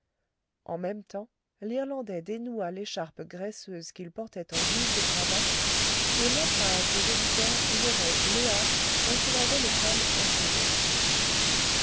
en même temps l'irlandais dénoua l'écharpe graisseuse qu'il portait en guise de cravate et montra à ses auditeurs une raie bleuâtre dont il avait le col entouré